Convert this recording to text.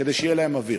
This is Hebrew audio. כדי שיהיה להם אוויר.